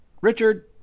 Richard